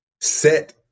Set